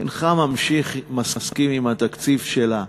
אינך מסכים עם התקציב שלה.